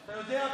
אתה יודע,